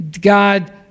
God